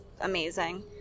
amazing